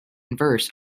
verse